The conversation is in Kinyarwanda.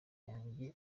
yanjye